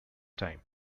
time